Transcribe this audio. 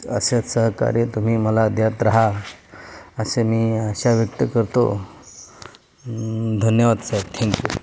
असंच सहकार्य तुम्ही मला देत राहा असे मी आशा व्यक्त करतो धन्यवाद सर थँक्यू